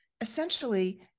essentially